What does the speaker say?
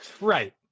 Right